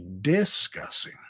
discussing